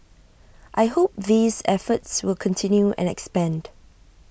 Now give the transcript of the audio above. I hope these efforts will continue and expand